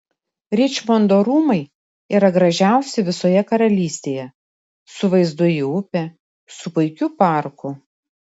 ričmondo rūmai yra gražiausi visoje karalystėje su vaizdu į upę su puikiu parku